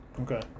Okay